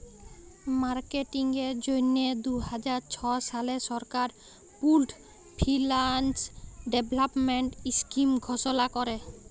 মার্কেটিংয়ের জ্যনহে দু হাজার ছ সালে সরকার পুল্ড ফিল্যাল্স ডেভেলপমেল্ট ইস্কিম ঘষলা ক্যরে